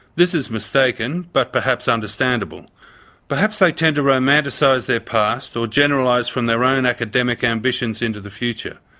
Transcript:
this is mistaken, but perhaps understandable perhaps they tend to romanticise their past, or generalise from their own academic ambitions into the future.